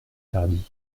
tardy